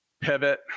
pivot